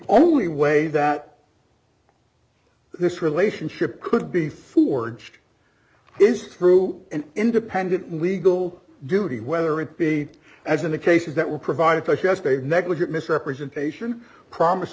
only way that this relationship could be forged is through an independent legal duty whether it be as in the cases that were provided to us they were negligent misrepresentation promis